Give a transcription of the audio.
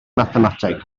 mathemateg